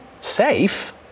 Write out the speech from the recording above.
safe